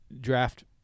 draft